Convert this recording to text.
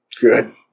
Good